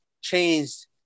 changed